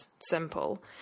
simple